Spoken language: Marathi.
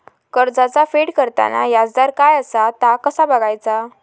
कर्जाचा फेड करताना याजदर काय असा ता कसा बगायचा?